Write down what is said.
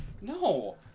No